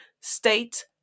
state